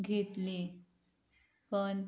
घेतली पण